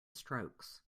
strokes